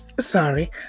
Sorry